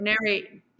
narrate